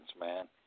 man